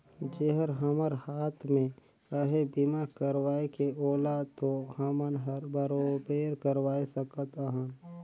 जेहर हमर हात मे अहे बीमा करवाये के ओला तो हमन हर बराबेर करवाये सकत अहन